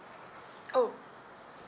oh